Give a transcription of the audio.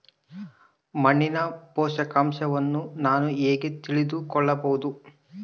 ಮಣ್ಣಿನ ಪೋಷಕಾಂಶವನ್ನು ನಾನು ಹೇಗೆ ತಿಳಿದುಕೊಳ್ಳಬಹುದು?